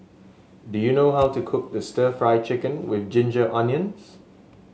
do you know how to cook stir Fry Chicken with Ginger Onions